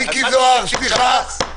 מיקי זוהר, סליחה.